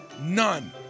None